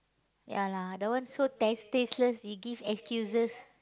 ya lah the one so test tasteless he give excuses